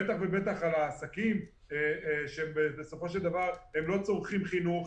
בטח ובטח על העסקים שבסופו של דבר הם לא צורכים חינוך,